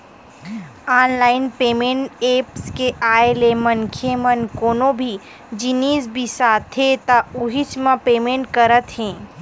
online payment apps के आए ले मनखे मन कोनो भी जिनिस बिसाथे त उहींच म पेमेंट करत हे